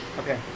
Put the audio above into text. okay